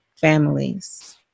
families